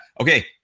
Okay